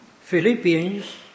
Philippians